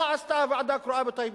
מה עשתה הוועדה הקרואה בטייבה?